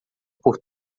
por